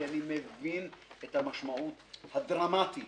כי אני מבין את המשמעות הדרמטית